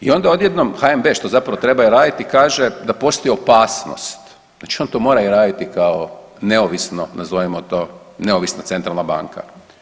I onda odjednom HNB što zapravo treba i raditi kaže da postoji opasnost, znači on to mora i raditi kao neovisno nazovimo to neovisna centralna banka.